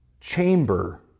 chamber